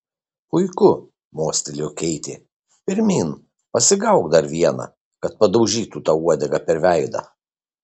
puiku mostelėjo keitė pirmyn pasigauk dar vieną kad padaužytų tau uodega per veidą